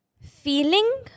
feeling